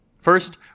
First